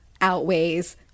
outweighs